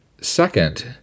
Second